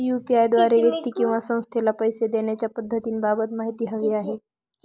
UPI द्वारे व्यक्ती किंवा संस्थेला पैसे देण्याच्या पद्धतींबाबत माहिती हवी आहे